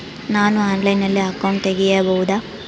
ನಾನು ಆನ್ಲೈನಲ್ಲಿ ಅಕೌಂಟ್ ತೆಗಿಬಹುದಾ?